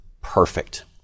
perfect